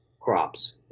crops